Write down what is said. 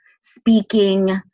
speaking